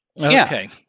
Okay